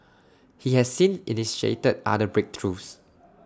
he has since initiated other breakthroughs